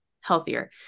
healthier